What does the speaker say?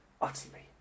utterly